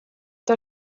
der